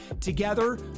Together